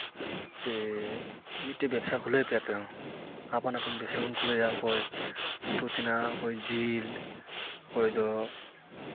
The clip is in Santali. ᱥᱮ ᱢᱤᱫᱴᱮᱱ ᱵᱮᱵᱽᱥᱟ ᱠᱷᱩᱞᱟᱹᱣ ᱯᱮ ᱟᱯᱮ ᱦᱚᱸ ᱟᱯᱟᱱ ᱟᱹᱯᱤᱱ ᱯᱚᱭᱥᱟ ᱵᱚᱱ ᱠᱷᱩᱞᱟᱹᱣᱟ ᱚᱠᱚᱭ ᱩᱛᱩ ᱛᱮᱱᱟᱜ ᱚᱠᱚᱭ ᱡᱤᱞ ᱚᱠᱚᱭ ᱫᱚ